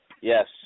Yes